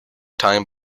time